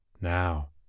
Now